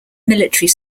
military